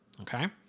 Okay